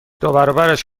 دوبرابرش